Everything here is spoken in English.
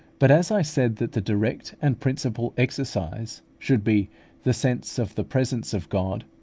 but as i said that the direct and principal exercise should be the sense of the presence of god,